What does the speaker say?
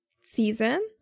season